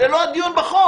זה לא הדיון בהצעת החוק.